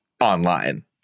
online